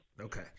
Okay